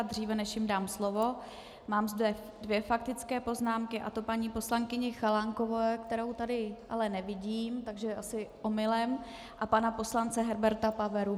Dříve než jim dám slovo, mám zde dvě faktické poznámky, a to paní poslankyně Chalánkové, kterou tu ale nevidím, takže asi omylem, a pana poslance Herberta Pavery.